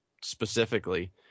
specifically